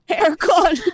aircon